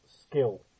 skill